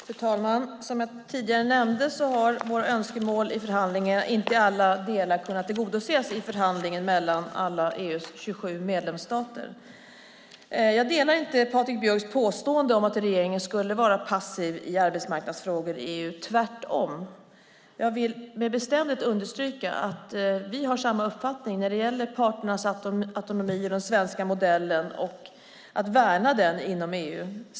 Fru talman! Som jag tidigare nämnde har våra önskemål inte i alla delar kunnat tillgodoses i förhandlingen mellan EU:s 27 medlemsstater. Jag delar inte Patrik Björcks påstående att regeringen skulle vara passiv i arbetsmarknadsfrågor i EU. Tvärtom vill jag med bestämdhet understryka att vi har samma uppfattning när det gäller parternas autonomi och den svenska modellen, att värna den inom EU.